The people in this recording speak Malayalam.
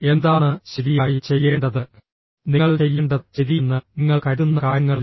എന്താണ് ശരിയായി ചെയ്യേണ്ടത് നിങ്ങൾ ചെയ്യേണ്ടത് ശരിയെന്ന് നിങ്ങൾ കരുതുന്ന കാര്യങ്ങളല്ല